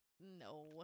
No